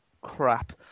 crap